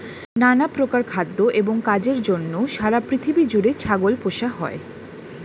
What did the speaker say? নানা প্রকার খাদ্য এবং কাজের জন্য সারা পৃথিবী জুড়ে ছাগল পোষা হয়